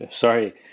sorry